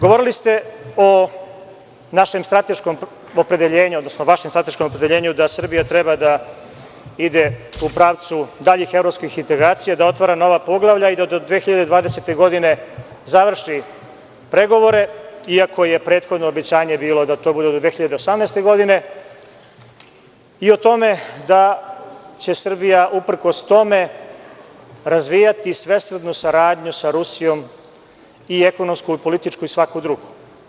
Govorili ste o vašem strateškom opredeljenju, odnosno vašem strateškom opredeljenju da Srbija treba da ide u pravcu daljih evropskih integracija, da otvara nova poglavlja i da do 2020. godine završi pregovore, iako je prethodno obećanje bilo da to bude do 2018. godine i o tome da će Srbija uprkos tome razvijati svesrdnu saradnju sa Rusijom i ekonomsku i političku i svaku drugu.